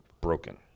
broken